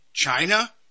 China